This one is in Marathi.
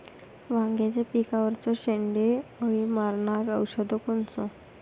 वांग्याच्या पिकावरचं शेंडे अळी मारनारं औषध कोनचं?